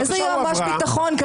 איזה יועץ משפטי למשרד הביטחון.